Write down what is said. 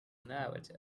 overdose